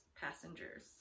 passengers